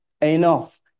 enough